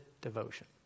Devotion